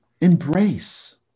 Embrace